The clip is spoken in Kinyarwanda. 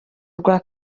rwa